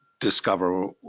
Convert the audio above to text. discover